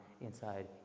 inside